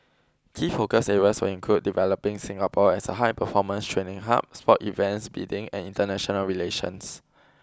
key focus areas will include developing Singapore as a high performance training hub sport events bidding and international relations